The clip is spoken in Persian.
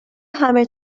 همه